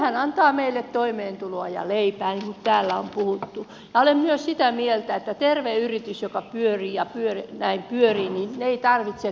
työhän antaa meille toimeentuloa ja leipää niin kuin täällä on puhuttu ja olen myös sitä mieltä että terve yritys joka pyörii ja pyörii ei tarvitse tukia